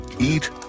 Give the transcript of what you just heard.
eat